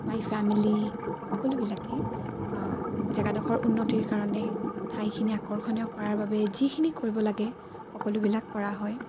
মাই family সকলোবিলাকেই জেগাডোখৰ উন্নতিৰ কাৰণে ঠাইখিনি আকৰ্ষণীয় কৰাৰ বাবে যিখিনি কৰিব লাগে সকলোবিলাক কৰা হয়